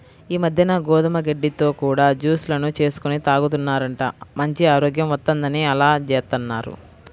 ఈ మద్దెన గోధుమ గడ్డితో కూడా జూస్ లను చేసుకొని తాగుతున్నారంట, మంచి ఆరోగ్యం వత్తందని అలా జేత్తన్నారు